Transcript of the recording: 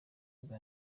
bwa